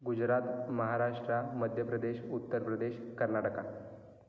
Gujarat Maharashtra Madhya Pradesh Uttar Pradesh Karnataka